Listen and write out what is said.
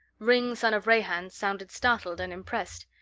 ringg son of rahan sounded startled and impressed.